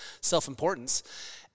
self-importance